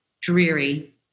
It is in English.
dreary